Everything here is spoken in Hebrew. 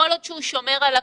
כל עוד הוא שומר על הכללים.